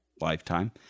lifetime